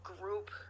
group